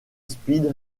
speed